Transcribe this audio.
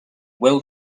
will